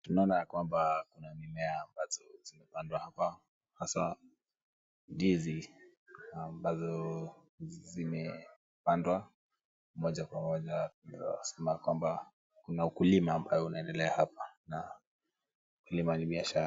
Tunaona kwamba kuna mimea ambazo zimepoandwa hapa hasa ndizi ambazo zimepandwa. Moja kwa moja tunaona kwamba kuna ukulima ambao unaendelea hapa na ukulima ni biashara.